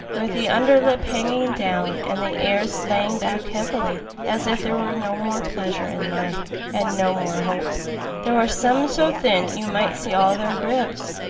with the under lip hanging down and the ears lying back heavily, as if there were no more pleasure in life, and no more hope there were some so thin you might see all their ribs,